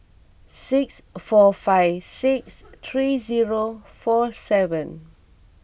six four five six three zero four seven